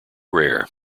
rare